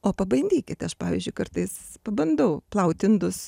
o pabandykit aš pavyzdžiui kartais pabandau plaut indus